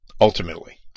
ultimately